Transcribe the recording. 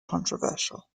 controversial